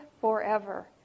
forever